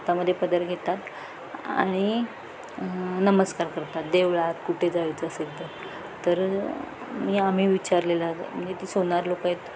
हातामध्ये पदर घेतात आणि नमस्कार करतात देवळात कुठे जायचं असेल तर तर मी आम्ही विचारलेला म्हणजे ती सोनार लोकं येतात